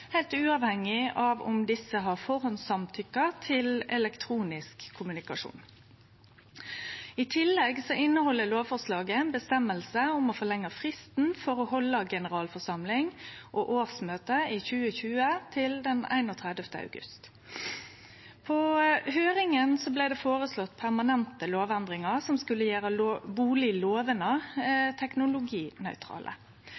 heilt uavhengig av om desse har førehandssamtykka til elektronisk kommunikasjon. I tillegg inneheld lovforslaget ei bestemming om å forlengje fristen for å halde generalforsamling og årsmøte i 2020 til den 31. august. På høyringa blei det føreslått permanente lovendringar som skulle